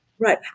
Right